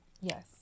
Yes